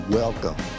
welcome